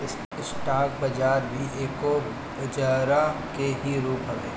stock बाजार भी एगो बजरा के ही रूप हवे